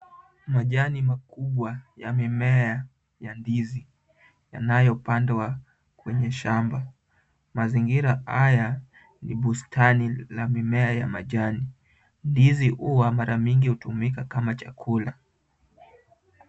Majani makubwa yamemea ya ndizi yanayopandwa kwenye shamba. Mazingira haya ni bustani la mimea ya majani. Ndizi huwa mara mingi hutumika kama chakula.